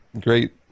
great